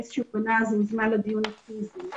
הוזמן לדיון פיזי,